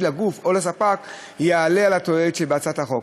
לגוף או לספק יעלה על התועלת שבהצעת החוק.